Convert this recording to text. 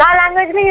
language